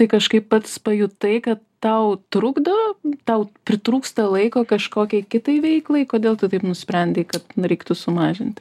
tai kažkaip pats pajutai kad tau trukdo tau pritrūksta laiko kažkokiai kitai veiklai kodėl tu taip nusprendei kad na reiktų sumažinti